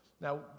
Now